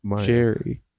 Jerry